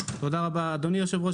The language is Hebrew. אדוני היושב-ראש,